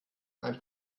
ein